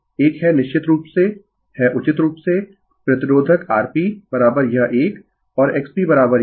एक है निश्चित रूप से है उचित रूप से प्रतिरोधक Rp यह एक और XP यह एक